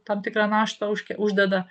tam tikrą naštą užke uždeda